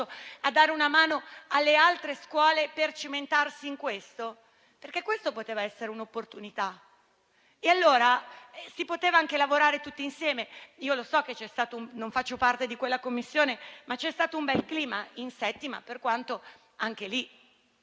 a dare una mano alle altre scuole a cimentarsi in questo. Questa poteva essere un'opportunità. Si poteva anche lavorare tutti insieme. Non faccio parte di quella Commissione, ma so che c'è stato un bel clima in 7a, per quanto anche lì